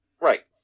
Right